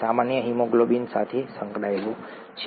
સામાન્ય હિમોગ્લોબિન સાથે સંકળાયેલ છે